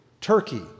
Turkey